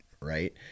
Right